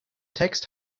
text